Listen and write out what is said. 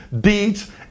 deeds